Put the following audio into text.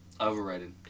Overrated